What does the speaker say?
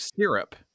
syrup